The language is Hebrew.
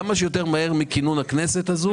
כמה שיותר מהר מכינון הכנסת הזו,